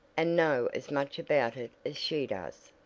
and know as much about it as she does.